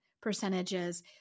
percentages